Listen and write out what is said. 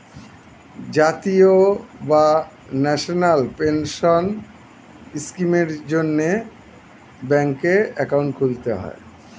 জাতীয় বা national pension স্কিমের জন্যে ব্যাঙ্কে অ্যাকাউন্ট খুলতে হয়